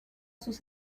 sus